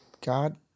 God